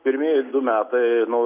pirmieji du metai nuo